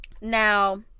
Now